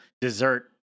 dessert